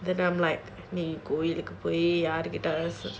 then I'm like me going away நீ கோவிலுக்கு போய் யாரு கிட்ட:nee kovilukku poi yaaru kitta